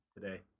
today